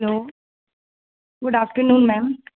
hello good afternoon ma'am